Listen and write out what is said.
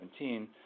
2017